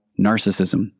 narcissism